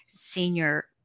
senior